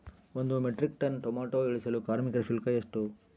ಒಂದು metric ton tomato ಇಳಿಸಲು ಕಾರ್ಮಿಕರ ಶುಲ್ಕ ಎಷ್ಟು?